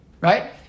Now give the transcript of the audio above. Right